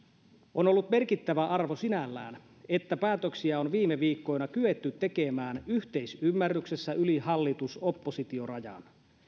on ollut merkittävä arvo sinällään että päätöksiä on viime viikkoina kyetty tekemään yhteisymmärryksessä yli hallitus oppositio rajan